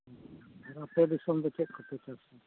ᱟᱫᱚ ᱟᱯᱮ ᱫᱤᱥᱚᱢ ᱫᱚ ᱪᱮᱫ ᱠᱚᱯᱮ ᱪᱟᱥᱟ